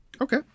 Okay